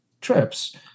trips